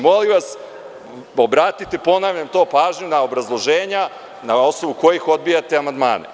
Molim vas, obratite pažnju na obrazloženja na osnovu kojih odbijate amandmane.